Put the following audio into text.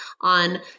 on